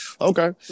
Okay